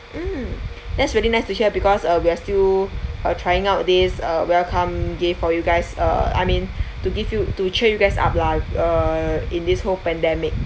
mm that's really nice to hear because uh we are still uh trying out these uh welcome gift for you guys uh I mean to give you to cheer you guys up lah uh in this whole pandemic